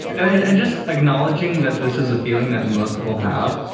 and and just acknowledging that this is a feeling that and most people have,